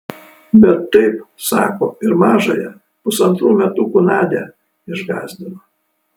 bet taip sako ir mažąją pusantrų metukų nadią išgąsdino